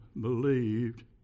believed